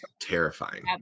terrifying